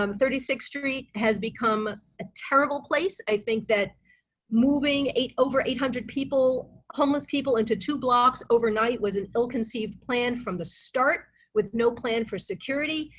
um thirty six street has become a terrible place. i think that moving eight over eight hundred people homeless people into two blocks overnight was an ill conceived plan from the start with no plan for security.